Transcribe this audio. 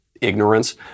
ignorance